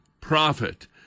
prophet